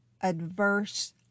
adverse